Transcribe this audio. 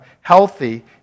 healthy